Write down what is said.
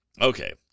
okay